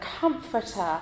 comforter